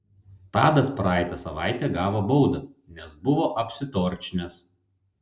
tadas praeitą savaitę gavo baudą nes buvo apsitorčinęs